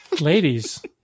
Ladies